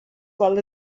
well